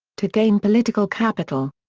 to gain political capital.